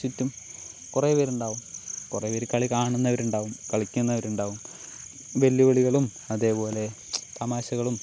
ചുറ്റും കുറേ പേരുണ്ടാവും കുറേ പേര് കളി കാണുന്നവരൂണ്ടാവും കളിക്കുന്നവരൂണ്ടാവും വെല്ലുവിളികളും അതേപോലെ തമാശകളും